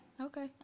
Okay